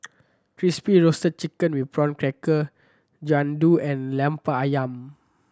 Crispy Roasted Chicken with Prawn Crackers Jian Dui and Lemper Ayam